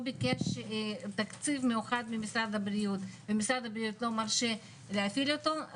ביקש תקציב מיוחד ממשרד הבריאות ומשרד הבריאות לא מרשה להפעיל אותו,